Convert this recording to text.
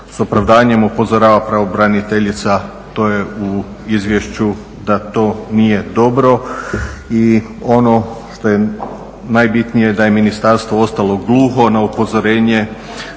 s opravdanjem upozorava pravobraniteljica to je u izvješću da to nije dobro. I ono što je najbitnije da je ministarstvo ostalo gluho na upozorenje